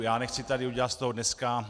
Já nechci tady udělat z toho dneska...